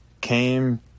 came